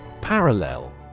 Parallel